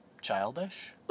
childish